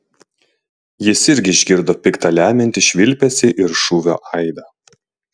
jis irgi išgirdo pikta lemiantį švilpesį ir šūvio aidą